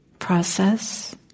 process